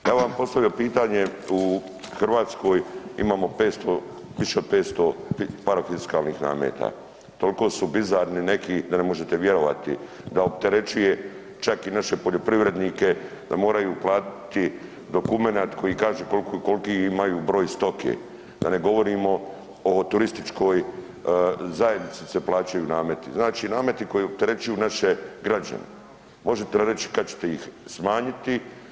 Ja bih vam postavio pitanje, u Hrvatskoj imamo više od 500 parafiskalnih nameta, toliko su bizarni neki da ne možete vjerovati da opterećuje čak i naše poljoprivrednike da moraju platiti dokumenat koji kaže koliki imaju broj stoke, da ne govorimo o turističkoj zajednici se plaćaju nameti, znači nameti koji opterećuju naše građane, možete li reći kad ćete ih smanjiti?